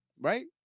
Right